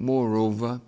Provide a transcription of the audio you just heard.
moreover